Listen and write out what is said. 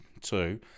two